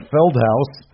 Feldhouse